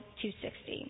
260